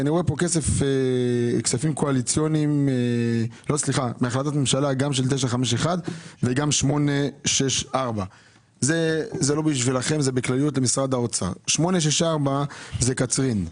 אני רואה כאן כספים מהחלטת ממשלה 951 וגם 864. 864 זה קצרין.